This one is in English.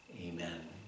Amen